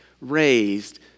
raised